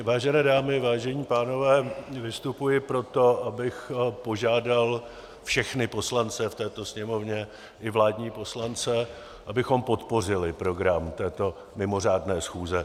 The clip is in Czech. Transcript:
Vážené dámy, vážení pánové, vystupuji proto, abych požádal všechny poslance v této Sněmovně, i vládní poslance, abychom podpořili program této mimořádné schůze.